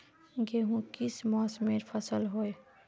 गेहूँ किस मौसमेर फसल होय?